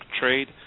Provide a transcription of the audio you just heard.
trade